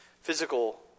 physical